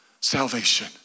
salvation